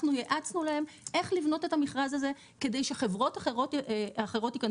אנחנו ייעצנו להם איך לבנות את המכרז הזה כדי שחברות אחרות ייכנסו.